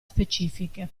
specifiche